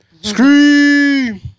Scream